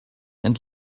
and